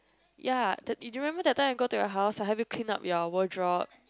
ya that you remember that time I go to your house I help you clean up your wardrobe